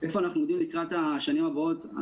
איפה אנחנו עומדים לקראת השנים הבאות?